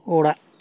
ᱚᱲᱟᱜ